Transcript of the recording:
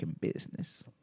business